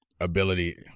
ability